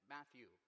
Matthew